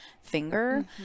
finger